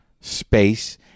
space